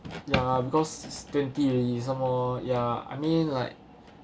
ya because twenty already some more ya I mean like